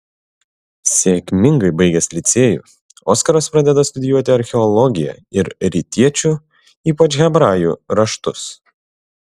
sėkmingai baigęs licėjų oskaras pradeda studijuoti archeologiją ir rytiečių ypač hebrajų raštus